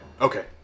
Okay